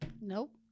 Nope